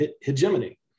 hegemony